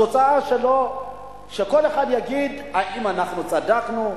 התוצאה שלו, שכל אחד יגיד האם אנחנו צדקנו.